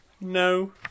No